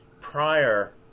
prior